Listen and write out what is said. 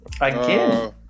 Again